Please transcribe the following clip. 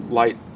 light